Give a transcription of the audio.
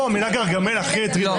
כהניסט.